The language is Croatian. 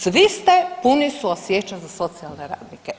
Svi ste puni suosjećanja za socijalne radnike.